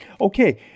okay